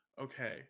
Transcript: Okay